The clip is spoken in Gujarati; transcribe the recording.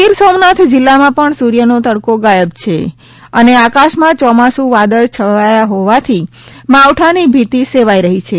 ગિરસોમનાથ જિલ્લા માં પણ સૂર્ય નો તડકો ગાયબ છે અને આકાશ માં ચોમાસુ વાદળ છવાયા હોવાથી માવઠા ની ભીતિ સેવાઇ રહી છે